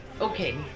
Okay